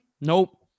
Nope